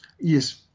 Yes